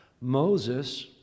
Moses